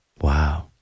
Wow